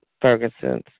Fergusons